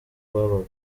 babaga